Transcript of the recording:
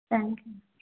thanks అండి